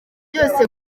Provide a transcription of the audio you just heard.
byose